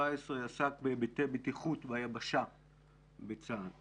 עסק בהיבטי בטיחות ביבשה בצבא הגנה לישראל.